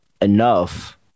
enough –